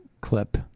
clip